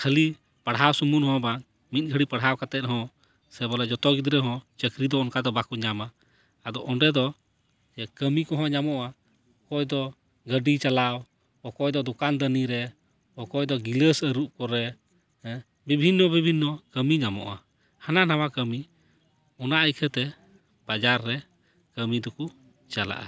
ᱠᱷᱟᱹᱞᱤ ᱯᱟᱲᱦᱟᱣ ᱥᱩᱢᱩᱝ ᱦᱚᱸ ᱵᱟᱝ ᱢᱤᱫ ᱜᱷᱟᱹᱲᱤᱡ ᱯᱟᱲᱦᱟᱣ ᱠᱟᱛᱮ ᱨᱮᱦᱚᱸ ᱥᱮ ᱵᱚᱞᱮ ᱡᱚᱛᱚ ᱜᱤᱫᱽᱨᱟᱹ ᱦᱚᱸ ᱪᱟᱹᱠᱨᱤ ᱫᱚ ᱚᱱᱠᱟ ᱫᱚ ᱵᱟᱠᱚ ᱧᱟᱢᱟ ᱟᱫᱚ ᱚᱸᱰᱮ ᱫᱚ ᱠᱟᱹᱢᱤ ᱠᱚᱦᱚᱸ ᱧᱟᱢᱚᱜᱼᱟ ᱚᱠᱚᱭ ᱫᱚ ᱜᱟᱹᱰᱤ ᱪᱟᱞᱟᱣ ᱚᱠᱚᱭ ᱫᱚ ᱫᱚᱠᱟᱱ ᱫᱟᱱᱤ ᱨᱮ ᱚᱠᱚᱭ ᱫᱚ ᱜᱤᱞᱟᱹᱥ ᱟᱨᱩᱵ ᱠᱚᱨᱮ ᱦᱮᱸ ᱵᱤᱵᱷᱤᱱᱱᱚ ᱵᱤᱵᱷᱤᱱᱱᱚ ᱠᱟᱹᱢᱤ ᱧᱟᱢᱚᱜᱼᱟ ᱦᱟᱱᱟ ᱱᱟᱣᱟ ᱠᱟᱹᱢᱤ ᱚᱱᱟ ᱤᱠᱷᱟᱹᱛᱮ ᱵᱟᱡᱟᱨ ᱨᱮ ᱠᱟᱹᱢᱤ ᱫᱚᱠᱚ ᱪᱟᱞᱟᱜᱼᱟ